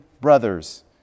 brothers